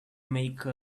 make